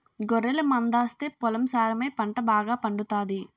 గొర్రెల మందాస్తే పొలం సారమై పంట బాగాపండుతాది